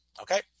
Okay